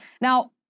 Now